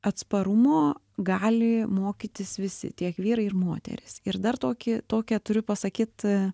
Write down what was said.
atsparumo gali mokytis visi tiek vyrai ir moterys ir dar tokį tokią turiu pasakyt